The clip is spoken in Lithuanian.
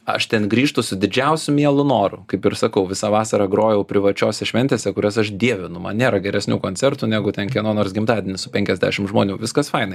aš ten grįžtu su didžiausiu mielu noru kaip ir sakau visą vasarą grojau privačiose šventėse kurias aš dievinu man nėra geresnių koncertų negu ten kieno nors gimtadienis su penkiasdešim žmonių viskas fainai